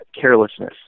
carelessness